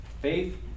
faith